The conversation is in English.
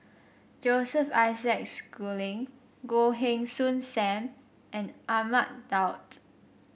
Joseph Isaac Schooling Goh Heng Soon Sam and Ahmad Daud